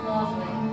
Lovely